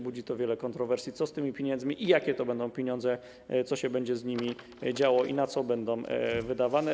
Budzi to wiele kontrowersji - co z tymi pieniędzmi i jakie to będą pieniądze, co się będzie z nimi działo i na co będą wydawane.